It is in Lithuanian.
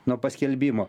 nuo paskelbimo